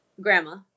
grandma